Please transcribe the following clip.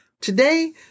Today